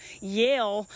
yale